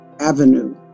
avenue